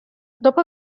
dopo